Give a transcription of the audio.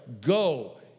Go